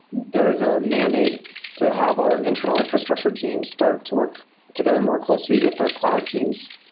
there was a mandate to have our internal infrastructure team start to work together more closely with their cloud teams.